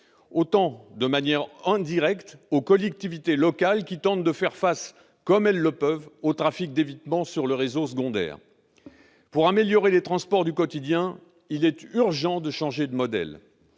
autant, de manière indirecte, aux collectivités locales, qui tentent de faire face comme elles le peuvent au trafic d'évitement sur le réseau secondaire. Pour améliorer les transports du quotidien, il est urgent de changer de modèle.